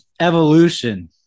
evolution